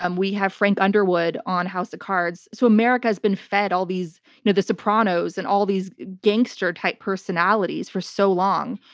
um we have frank underwood on house of cards. so america has been fed all these. you know the sopranos and all these gangster type personalities for so long.